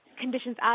conditions